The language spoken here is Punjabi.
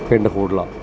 ਪਿੰਡ ਹੋਡਲਾ